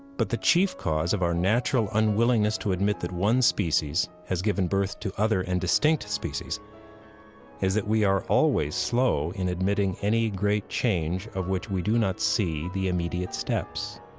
but the chief cause of our natural unwillingness to admit that one species has given birth to other and distinct species is that we are always slow in admitting any great change of which we do not see the immediate steps.